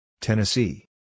Tennessee